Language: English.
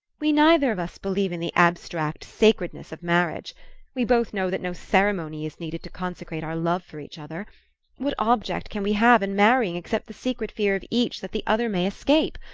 we neither of us believe in the abstract sacredness of marriage we both know that no ceremony is needed to consecrate our love for each other what object can we have in marrying, except the secret fear of each that the other may escape,